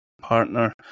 partner